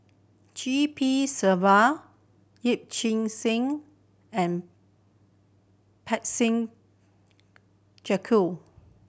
G P Selvam Yee Chia Hsing and Parsick Joaquim